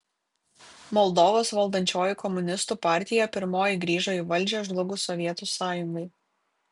moldovos valdančioji komunistų partija pirmoji grįžo į valdžią žlugus sovietų sąjungai